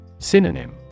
Synonym